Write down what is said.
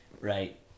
Right